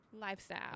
Lifestyle